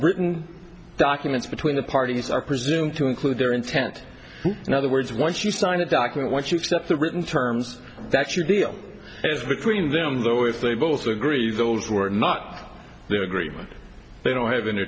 briton documents between the parties are presumed to include their intent in other words once you sign a document what you except the written terms that you deal is between them though if they both agree those were not their agreement they don't have any